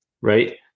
right